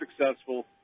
successful